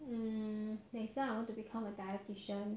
mm next time I want to become a dietitian